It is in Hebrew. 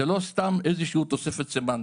זו לא סתם איזושהי תוספת סמנטית.